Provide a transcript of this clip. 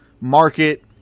market